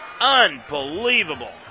Unbelievable